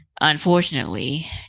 unfortunately